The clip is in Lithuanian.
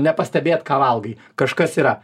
nepastebėt ką valgai kažkas yra